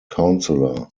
counsellor